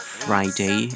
friday